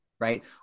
right